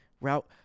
route